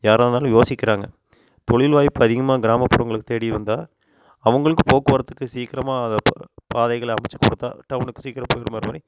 யாராக இருந்தாலும் யோசிக்கிறாங்க தொழில் வாய்ப்பு அதிகமாக கிராமப்புறங்களுக்கு தேடி வந்தால் அவங்களுக்கும் போக்குவரத்துக்கு சீக்கிரமா அதை பாதைகளை அமைச்சு கொடுத்தா டவுனுக்கு சீக்கிரம் போய்ட்டு வரமாதிரி